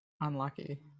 unlucky